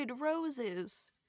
roses